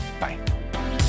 Bye